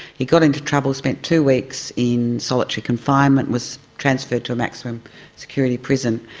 he got into trouble, spent two weeks in solitary confinement, was transferred to a maximum security prison.